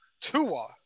Tua